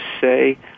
say